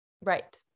Right